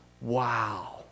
Wow